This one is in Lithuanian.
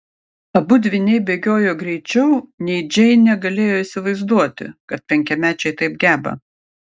abu dvyniai bėgiojo greičiau nei džeinė galėjo įsivaizduoti kad penkiamečiai taip geba